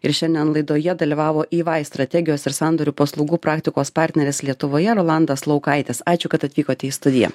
ir šiandien laidoje dalyvavoey strategijos ir sandorių paslaugų praktikos partneris lietuvoje rolandas laukaitis ačiū kad atvykote į studiją